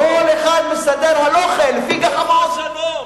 כל אחד מסדר הלכה לפי גחמותיו.